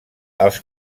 els